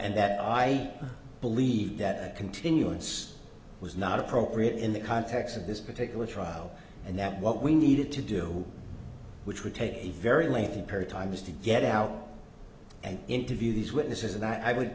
and that i believe that continuance was not appropriate in the context of this particular trial and that what we needed to do which would take a very lengthy period time was to get out and interview these witnesses and i would